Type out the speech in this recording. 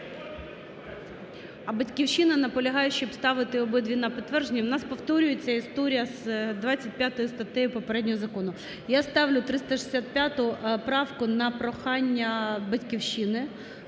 А "Батьківщина" наполягає, щоб ставити обидві на підтвердження. В нас повторюється історія з 25 статтею попереднього закону. Я ставлю 365 правку на прохання "Батьківщини",